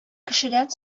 кешедән